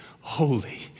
holy